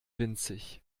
winzig